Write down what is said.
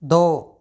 दो